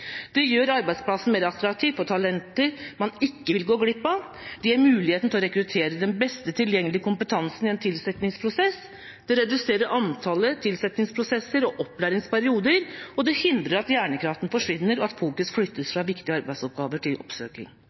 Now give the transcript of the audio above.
– gjør arbeidsplassen mer attraktiv for talentene man ikke vil gå glipp av – gir muligheten til å rekruttere den beste tilgjengelige kompetansen i en tilsettingsprosess – reduserer antallet tilsettingsprosesser og opplæringsperioder – hindrer at hjernekraften forsvinner og at fokus flyttes fra viktige arbeidsoppgaver til